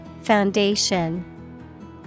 Foundation